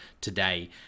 today